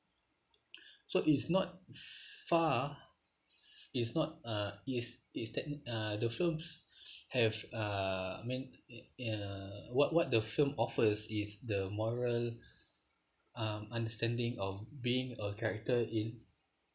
so it's not far it's not uh it's it's that uh the film have uh I mean uh what what the film offers is the moral uh understanding of being a character in